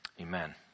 amen